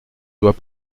doit